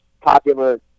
popular